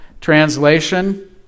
Translation